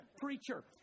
preacher